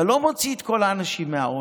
אתה לא מוציא את כל האנשים מהעוני,